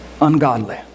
Ungodly